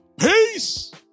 Peace